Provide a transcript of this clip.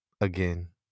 again